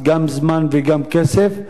גם זמן וגם כסף,